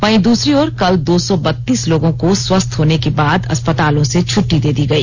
वहीं दूसरी ओर कल दो सौ बतीस लोगों को स्वस्थ होने के बाद अस्पतालों से छुट्टी दे दी गई